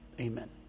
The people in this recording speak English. Amen